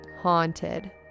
haunted